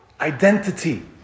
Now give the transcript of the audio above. Identity